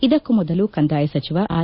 ಇದಕ್ಕೂ ಮೊದಲು ಕಂದಾಯ ಸಚಿವ ಆರ್